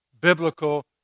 biblical